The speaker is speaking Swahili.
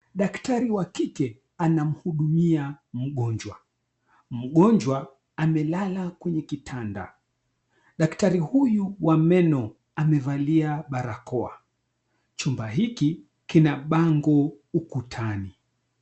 Daktari wa kike anamhudumia mgonjwa, mgonjwa amelala kwenye kitanda. Daktari huyu wa meno amevalia barakoa. Chumba hiki kina mbango ukutani.